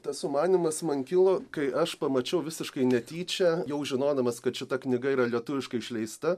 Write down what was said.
tas sumanymas man kilo kai aš pamačiau visiškai netyčia jau žinodamas kad šita knyga yra lietuviškai išleista